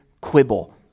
quibble